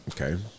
Okay